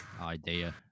idea